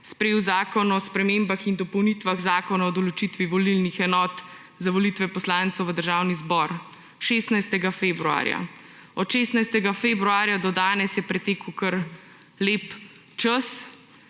sprejel Zakon o spremembah in dopolnitvah Zakona o določitvi volilnih enot za volitve poslancev v Državni zbor. 16. februarja. Od 16. februarja do danes je pretekel kar lep čas,